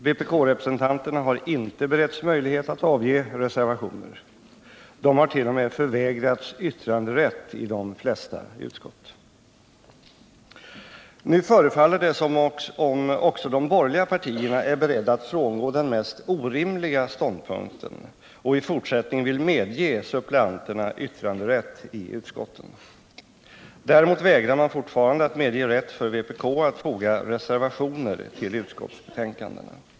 Vpk-representanterna har inte beretts möjlighet att avge reservationer. De har t.o.m. förvägrats yttranderätt i de flesta utskott. Nu förefaller det som om också de borgerliga partierna är beredda att frångå den mest orimliga ståndpunkten och i fortsättningen vill medge suppleanterna yttranderätt i utskotten. Däremot vägrar man fortfarande att medge rätt för vpk att foga reservationer till utskottsbetänkandena.